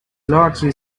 largely